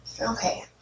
Okay